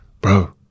bro